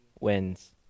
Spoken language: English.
wins